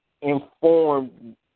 informed